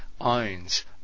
owns